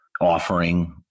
offering